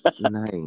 Nice